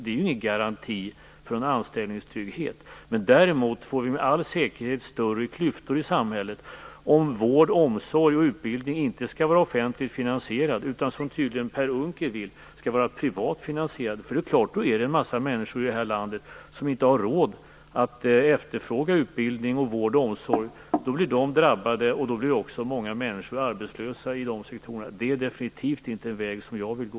Den är ingen garanti för anställningstrygghet. Däremot får vi med all säkerhet större klyftor i samhället om vård, omsorg och utbildning inte skall vara offentligt finansierade utan, som Per Unckel tydligen vill, privat finansierade. Då är det en massa människor i det här landet som inte har råd att efterfråga utbildning, vård och omsorg. Då blir de drabbade och då blir också många människor arbetslösa inom dessa sektorer. Det är definitivt inte en väg som jag vill gå.